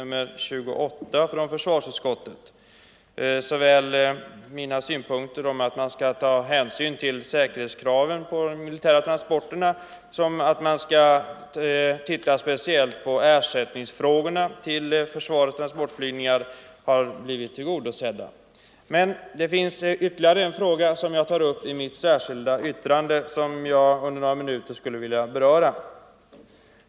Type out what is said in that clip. Mina synpunkter på både att man vid de militära transporterna skall ta hänsyn till säkerhetskraven och att man skall titta speciellt på ersättningsfrågorna för försvarets transportflygningar har beaktats. Jag skulle emellertid under några minuter vilja beröra ett annat spörsmål som jag har tagit upp i mitt särskilda yttrande.